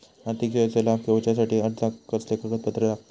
आर्थिक सेवेचो लाभ घेवच्यासाठी अर्जाक कसले कागदपत्र लागतत?